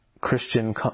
Christian